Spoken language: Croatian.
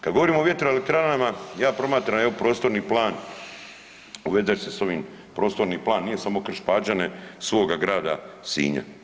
Kad govorimo o vjetroelektranama, ja promatram, evo prostorni plan, ... se s ovim prostornim plan, nije samo Krš-Pađene svoga grada Sinja.